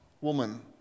woman